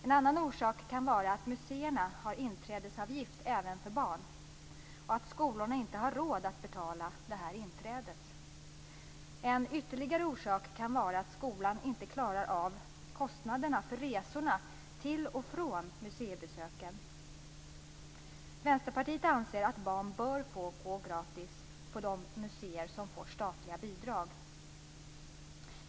En annan orsak kan vara att museerna har inträdesavgift även för barn och att skolorna inte har råd att betala detta inträde. En ytterligare orsak kan vara att skolan inte klarar av kostnaderna för resorna till och från museibesöken. Vänsterpartiet anser att barn bör få gå gratis på de museer som får statliga bidrag.